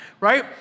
right